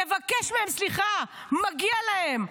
תבקש מהן סליחה, מגיע להן.